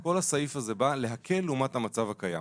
כל הסעיף הזה בא להקל לעומת המצב הקיים.